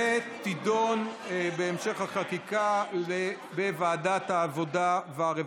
ותידון להמשך החקיקה בוועדת העבודה והרווחה.